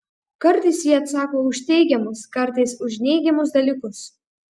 kartais ji atsako už teigiamus kartais už neigiamus dalykus